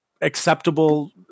acceptable